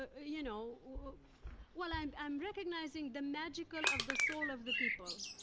ah you know well, i'm um recognizing the magical of the soul of the people,